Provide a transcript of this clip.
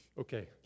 Okay